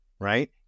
Right